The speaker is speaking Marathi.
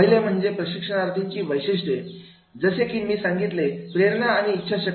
पहिले म्हणजे प्रशिक्षणार्थींची वैशिष्ट्ये जसे की मी सांगितले प्रेरणा आणि इच्छाशक्ती